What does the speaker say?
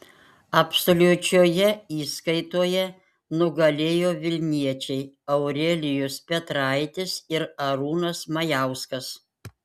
absoliučioje įskaitoje nugalėjo vilniečiai aurelijus petraitis ir arūnas majauskas